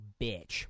bitch